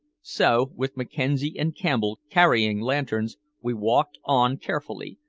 so, with mackenzie and campbell carrying lanterns, we walked on carefully,